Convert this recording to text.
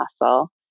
muscle